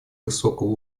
высокого